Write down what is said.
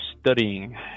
studying